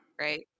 Right